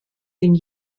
den